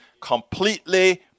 completely